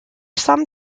some